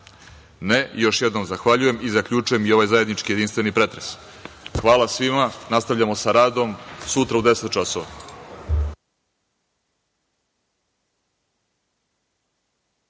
Ne. Još jednom zahvaljujem i zaključujem i ovaj zajednički jedinstveni pretres. Hvala svima. Nastavljamo sa radom sutra u 10.00